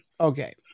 Okay